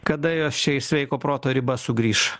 kada jie šei sveiko proto riba sugrįš